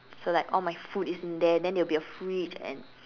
so like all my food is in there then there will be a fridge and